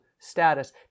status